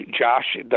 Josh